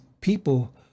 people